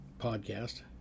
podcast